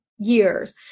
years